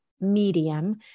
medium